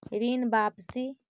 ऋण वापसी?